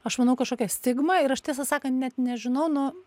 aš manau kažkokia stigma ir aš tiesą sakant net nežinau nu